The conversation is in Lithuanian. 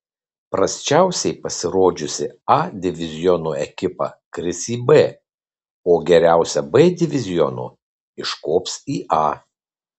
prasčiausiai pasirodžiusi a diviziono ekipa kris į b o geriausia b diviziono iškops į a